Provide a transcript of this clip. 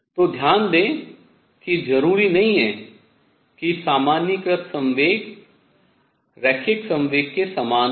तो ध्यान दें कि जरूरी नहीं कि सामान्यीकृत संवेग रैखिक संवेग के समान हो